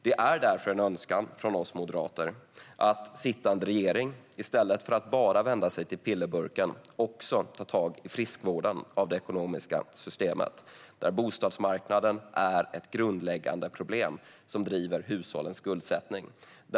Det är därför en önskan från oss moderater att sittande regering i stället för att bara vända sig till pillerburken också tar tag i friskvården av det ekonomiska systemet, där bostadsmarknaden är ett grundläggande problem och driver hushållens skuldsättning.